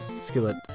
skillet